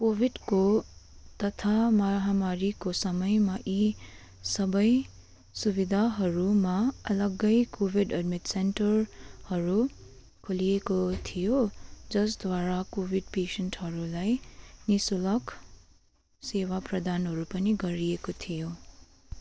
कोभिडको तथा महामारीको समयमा यी सबै सुविधाहरूमा अलग्गै कोभिड एडमिट सेन्टरहरू खोलिएको थियो जसद्वारा कोभिड पेसेन्टहरूलाई निःशुल्क सेवा प्रदानहरू पनि गरिएको थियो